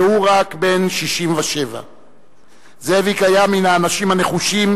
והוא רק בן 67. זאביק היה מן האנשים הנחושים,